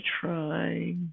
try